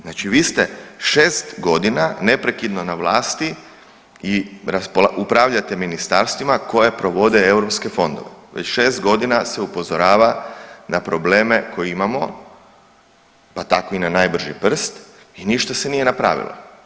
Znači vi ste 6.g. neprekidno na vlasti i upravljate ministarstvima koje provode europske fondove, već 6.g. se upozorava na probleme koje imamo, pa tako i na najbrži prst i ništa se nije napravilo.